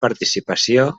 participació